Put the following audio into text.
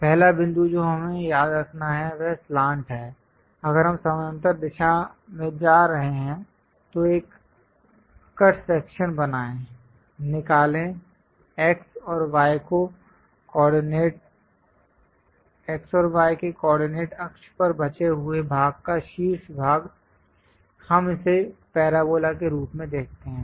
पहला बिंदु जो हमें याद रखना है वह स्लांट है अगर हम समानांतर दिशा में जा रहे हैं तो एक कट सेक्शन बनाएं निकालें x और y के कोऑर्डिनेट अक्ष पर बचे हुए भाग का शीर्ष भाग हम इसे पैराबोला के रूप में देखते हैं